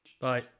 Bye